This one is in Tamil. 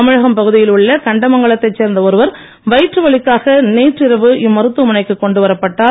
தமிழகம் பகுதியில் உள்ள கண்டமங்கலத்தைச் சேர்ந்த ஒருவர் வயிற்றுவலிக்காக நேற்று இரவு இம்மருத்துவமனைக்கு கொண்டு வரப்பட்டார்